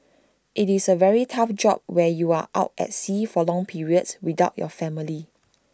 IT is A very tough job where you are out at sea for long periods without your family